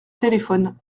téléphone